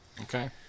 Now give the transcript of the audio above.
Okay